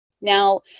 Now